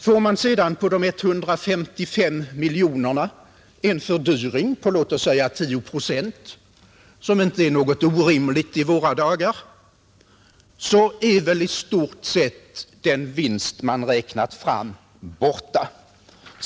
Får man sedan på de 155 miljonerna en fördyring på låt oss säga 10 procent, som inte är något orimligt i våra dagar, så är väl i stort sett den vinst man räknat fram borta.